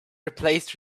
replaced